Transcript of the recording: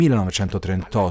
1938